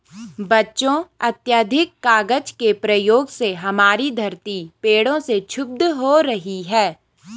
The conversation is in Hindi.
बच्चों अत्याधिक कागज के प्रयोग से हमारी धरती पेड़ों से क्षुब्ध हो रही है